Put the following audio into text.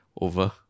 over